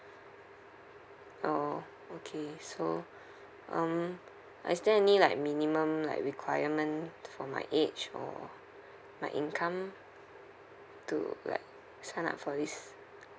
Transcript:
orh okay so um is there any like minimum like requirement for my age or my income to like sign up for this